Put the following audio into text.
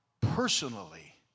personally